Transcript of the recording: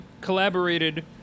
collaborated